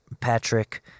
Patrick